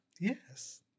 Yes